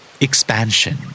Expansion